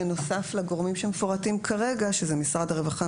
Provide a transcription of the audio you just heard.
בנוסף לגורמים שמפורטים כרגע: משרד הרווחה,